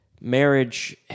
marriage